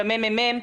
של הממ"מ,